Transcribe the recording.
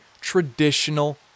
traditional